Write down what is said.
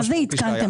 אתם